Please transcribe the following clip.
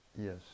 Yes